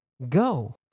Go